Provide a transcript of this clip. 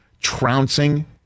trouncing